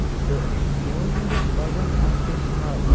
تہٕ گورمینٹَس پَزَن اَتھ کیٛاہ چھِ ناو